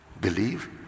Believe